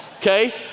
okay